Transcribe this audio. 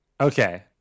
Okay